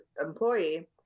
employee